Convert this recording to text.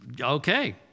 Okay